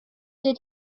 did